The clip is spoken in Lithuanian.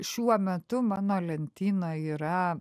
šiuo metu mano lentyna yra